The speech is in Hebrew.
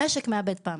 המשק מאבד פעמיים: